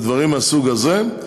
בדברים מהסוג הזה.